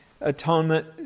atonement